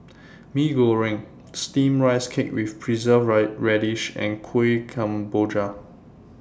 Mee Goreng Steamed Rice Cake with Preserved Radish and Kueh Kemboja